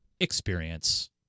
experience